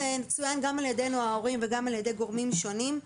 צוין גם על ידינו ההורים וגם על ידי גורמים שונים,